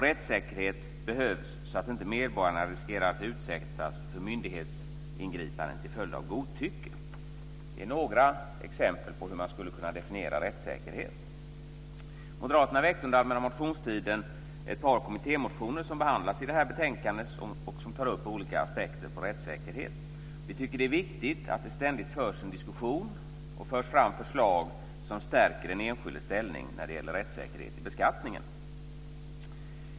Rättssäkerhet behövs så att inte medborgarna riskerar att utsättas för myndighetsingripande till följd av godtycke. Detta är några exempel på hur man skulle kunna definiera rättssäkerhet. Moderaterna väckte under allmänna motionstiden ett par kommittémotioner som behandlas i det här betänkandet och som tar upp olika aspekter på rättssäkerhet. Vi tycker att det är viktigt att det ständigt förs en diskussion och förs fram förslag som stärker den enskildes ställning när det gäller rättssäkerhet i beskattningen.